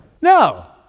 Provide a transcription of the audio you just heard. No